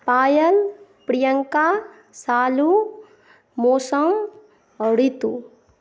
पायल प्रियंका शालू मौसम ऋतू